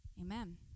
Amen